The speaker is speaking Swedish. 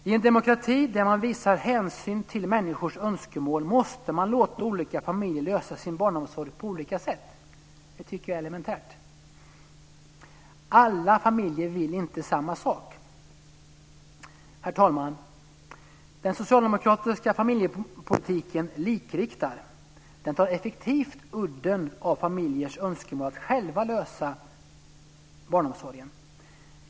I en demokrati där man visar hänsyn till människors önskemål måste man låta olika familjer lösa sin barnomsorg på olika sätt. Det tycker jag är elementärt. Alla familjer vill inte samma sak. Herr talman! Den socialdemokratiska familjepolitiken likriktar. Den tar effektivt udden av familjers önskemål att själva lösa barnomsorgen.